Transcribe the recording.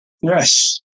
Yes